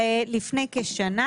לפני כשנה,